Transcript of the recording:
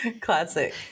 Classic